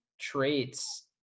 traits